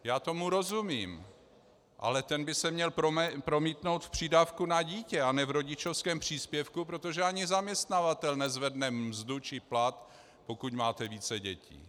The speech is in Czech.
já tomu rozumím, ale ten by se měl promítnout v přídavku na dítě a ne v rodičovském příspěvku, protože ani zaměstnavatel nezvedne mzdu či plat, pokud máte více dětí.